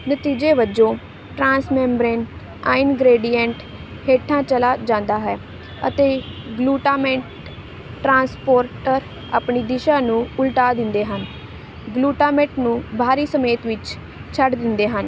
ਨਤੀਜੇ ਵਜੋਂ transmembrane ion gradient ਹੇਠਾਂ ਚਲਾ ਜਾਂਦਾ ਹੈ ਅਤੇ ਗਲੂਟਾਮੇਟ ਟ੍ਰਾਂਸਪੋਰਟਰ ਆਪਣੀ ਦਿਸ਼ਾ ਨੂੰ ਉਲਟਾ ਦਿੰਦੇ ਹਨ ਗਲੂਟਾਮੇਟ ਨੂੰ ਬਾਹਰੀ ਸਪੇਟ ਵਿੱਚ ਛੱਡ ਦਿੰਦੇ ਹਨ